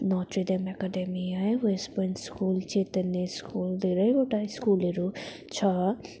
Notre Dame academy है West Point school Chaitanya school धेरैवटा स्कुलहरू छ